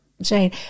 Jane